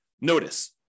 Notice